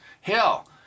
Hell